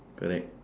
correct